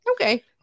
Okay